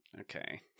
Okay